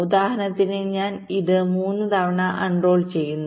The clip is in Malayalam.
ഉദാഹരണത്തിന് ഞാൻ ഇത് 3 തവണ അൺറോൾ ചെയ്യുന്നു